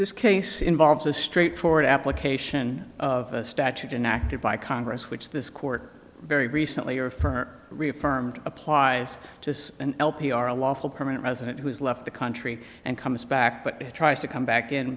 this case involves a straightforward application of a statute an acted by congress which this court very recently refer reaffirmed applies to an l p r a lawful permanent resident who has left the country and comes back but tries to come back in